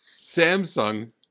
Samsung